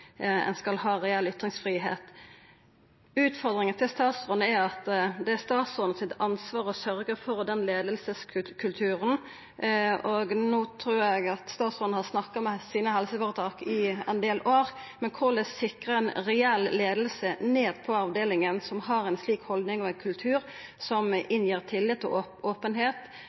ein skal ha reell ytringsfridom. Utfordringa til statsråden er at det er statsråden sitt ansvar å sørgja for den leiingskulturen, og no trur eg at statsråden har snakka med helseføretaka sine i ein del år. Men korleis sikrar ein avdelingane ei reell leiing som har ei haldning og ein kultur som gir tillit